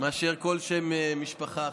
מאשר כל שם משפחה אחר.